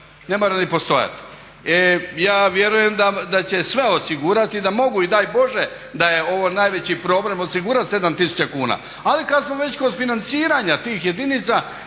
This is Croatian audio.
ne mora ni postojati. Ja vjerujem da će sve osigurati, da mogu i daj Bože da je ovo najveći problem osigurati 7 tisuća kuna. Ali kada smo već kod financiranja tih jedinica